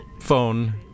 phone